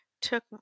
took